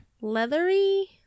Leathery